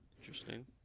Interesting